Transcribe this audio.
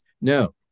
No